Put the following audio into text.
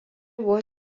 buvo